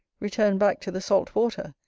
return back to the salt water,